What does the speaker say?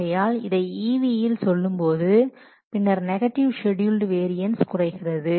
ஆகையால் இதை EV யில் சொல்லும்போது பின்னர் நெகட்டிவ் ஷெட்யூல்ட் வேரியன்ஸ் குறைகிறது